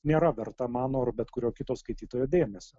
nėra verta mano ar bet kurio kito skaitytojo dėmesio